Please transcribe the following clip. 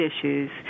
issues